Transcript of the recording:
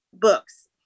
books